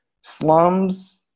slums